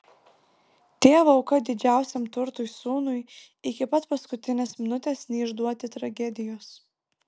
tėvo auka didžiausiam turtui sūnui iki pat paskutinės minutės neišduoti tragedijos